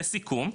לסיכום,